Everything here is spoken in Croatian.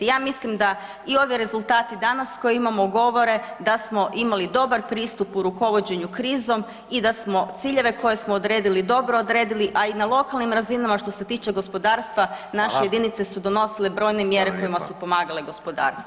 Ja mislim da i ovi rezultati danas koje imamo govore da smo imali dobar pristup u rukovođenju krizom i da smo ciljeve koje smo odredili dobro odredili, a i na lokalnim razinama što se tiče gospodarstva [[Upadica: Hvala.]] naše jedinice su donosile brojne mjere kojima su pomagale gospodarstvo.